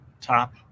top